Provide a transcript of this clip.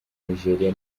nigeriya